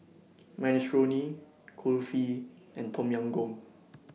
Minestrone Kulfi and Tom Yam Goong